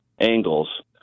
angles